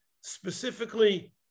specifically